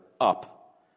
up